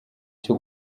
cyo